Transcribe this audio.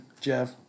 Jeff